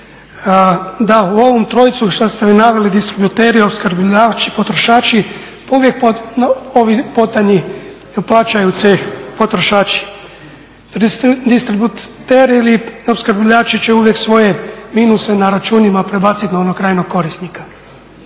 Da u ovom trojcu što ste vi naveli distributeri, opskrbljivači, potrošači …/Govornik se ne razumije./… potanji plaćaju ceh potrošači. Distributeri ili opskrbljivači će uvijek svoje minuse na računima prebaciti na onog krajnjeg korisnika.